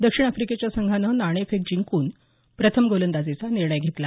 दक्षिण आफ्रिकेच्या संघानं नाणेफेक जिंकून प्रथम गोलंदाजीचा निर्णय घेतला